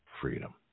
freedom